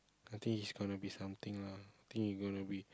I think it's going to be something lah think it gonna be